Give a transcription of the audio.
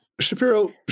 Shapiro